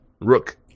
Rook